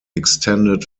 extended